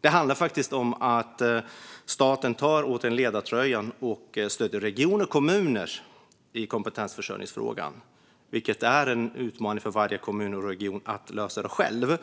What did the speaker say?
Det handlar om att staten åter tar ledartröjan och stöder regioner och kommuner i kompetensförsörjningsfrågan. Det är en utmaning för varje kommun och region att lösa det själv.